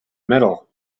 middle